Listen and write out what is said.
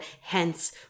hence